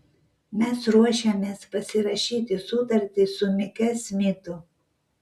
mes ruošiamės pasirašyti sutartį su mike smitu